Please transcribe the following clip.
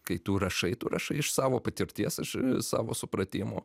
kai tu rašai tu rašai iš savo patirties iš savo supratimo